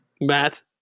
Matt